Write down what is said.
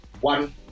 One